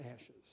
ashes